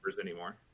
anymore